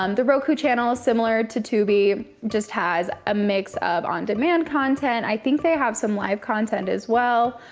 um the roku channel is similar to tubi, just has a mix of on-demand content. i think they have some live content, as well.